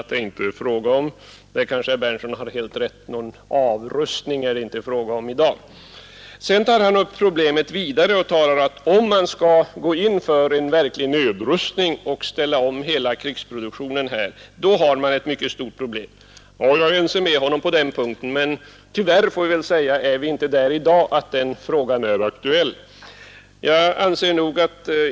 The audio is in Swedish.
Det är ju inte fråga om — där kanske herr Berndtson hade helt rätt — någon avrustning här i dag. Sedan tar herr Berndtson upp ett vidare problem och säger att om man skall gå in för en verklig nedrustning och ställa om hela krigsproduktionen, då har man ett mycket stort problem. Jag är ense med honom på den punkten. Tyvärr, får vi väl säga, är den frågan inte aktuell i dag.